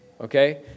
Okay